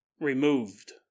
removed